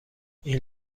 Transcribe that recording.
این